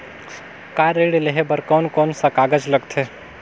Car ऋण लेहे बार कोन कोन सा कागज़ लगथे?